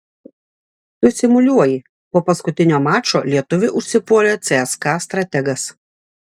tu simuliuoji po paskutinio mačo lietuvį užsipuolė cska strategas